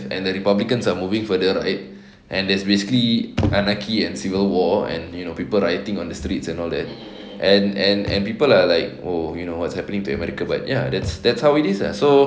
and the republicans are moving further right and there's basically anarchy and civil war and you know people rioting on the streets and all that and and and people are like oh you know what's happening to america but ya that's that's how it is so